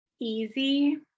easy